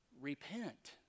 repent